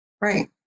Right